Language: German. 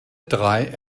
drei